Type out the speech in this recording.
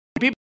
people